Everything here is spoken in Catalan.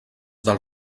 del